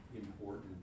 important